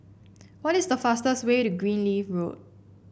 what is the fastest way to Greenleaf Road